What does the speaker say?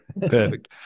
Perfect